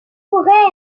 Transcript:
temporaire